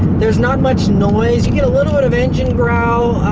there's not much, noise. you get a little bit of engine growl,